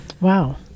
wow